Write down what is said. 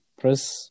press